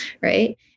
right